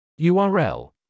URL. (